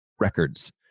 records